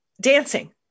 Dancing